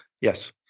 Yes